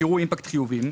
שיראו אימפקט חיובים.